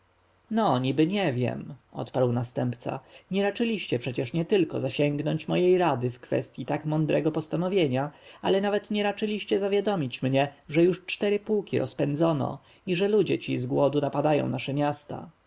no niby nie wiem przerwał następca nie raczyliście przecież nietylko zasięgnąć mojej rady w kwestji tak mądrego postanowienia ale nawet nie raczyliście zawiadomić mnie że już cztery pułki rozpędzono i że ludzie ci z głodu napadają nasze miasta